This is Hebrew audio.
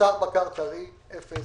בשר בקר טרי אפס,